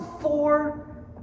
four